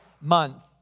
month